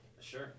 Sure